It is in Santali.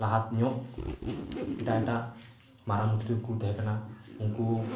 ᱞᱟᱦᱟᱧᱚᱜ ᱮᱴᱟᱜ ᱮᱴᱟᱜ ᱢᱟᱨᱟᱝ ᱢᱚᱱᱛᱨᱤᱠᱚ ᱠᱚ ᱛᱮᱦᱮᱸᱠᱟᱱᱟ ᱩᱱᱠᱩ